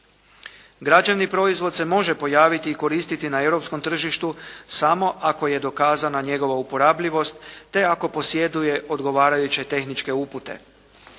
Građevni proizvod se može pojaviti i koristiti na europskom tržištu samo ako je dokazana njegova uporabljivost te ako posjeduje odgovarajuće tehničke upute.